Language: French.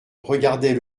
regardait